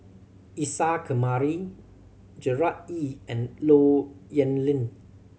Isa Kamari Gerard Ee and Low Yen Ling